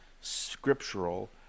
scriptural